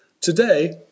Today